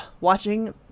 watching